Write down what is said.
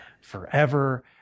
forever